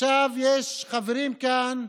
עכשיו יש חברים כאן,